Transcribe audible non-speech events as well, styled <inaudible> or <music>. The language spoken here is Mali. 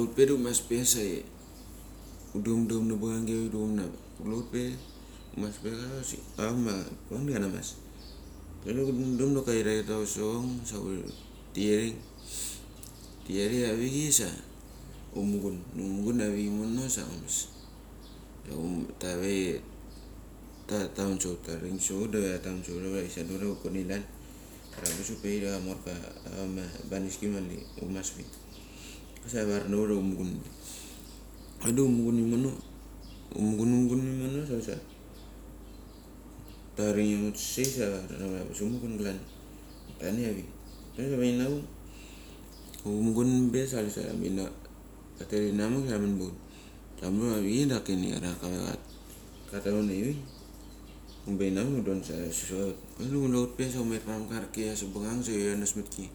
hut pe da humas pe sa hudachem dachem na bangani vevich. Kule hutpe, humaspe, Asik avak kuang da kanamas, kule da hudachem dachem doki airair da hura sochong. Sa kule torikterik avichei sa humungun, Humungun avik imono sa angabas. Tave tataman su hut, taring cha severa hutida tatamas tisnandar na hut ia hukonia klan. Aikgu kuar angabas, hupe ia amorka ava baniski ma mali humas pe. Kulesa tavar naut hut. Avik da humungun imono humungun, humungun imona sa kuk sa taringim hut <noise> sechei sa tavar naut ia kulehut klan, ranivi, kule sa humat inavuk. Humungun be sa kule sa tamat inavok, tatet inamak sa taman bra hut. Kule hutmo avichei daki karak kava kataman avichei. Ngebai inamek da ngadon savat, kule da humein param karki sabangang sa huri ronasmatki.